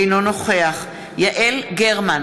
אינו נוכח יעל גרמן,